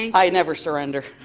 i never surrinder.